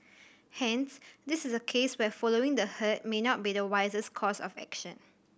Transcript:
hence this is a case where following the herd may not be the wisest course of action